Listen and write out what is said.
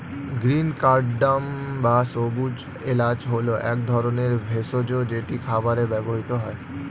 green cardamom বা সবুজ এলাচ হল এক ধরনের ভেষজ যেটি খাবারে ব্যবহৃত হয়